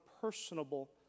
personable